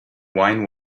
wine